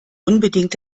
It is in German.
unbedingt